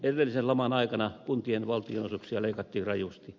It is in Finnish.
edellisen laman aikana kuntien valtionosuuksia leikattiin rajusti